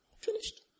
Finished